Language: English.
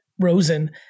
Rosen